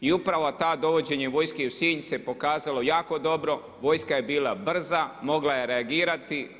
I upravo to dovođenje vojske u Sinj se pokazalo jako dobro, vojska je bila brza, mogla je reagirati.